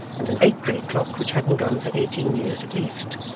and an eight-day clock which hadn't gone for eighteen years at least,